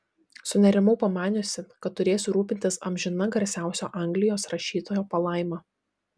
sunerimau pamaniusi kad turėsiu rūpintis amžina garsiausio anglijos rašytojo palaima